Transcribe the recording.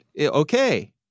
Okay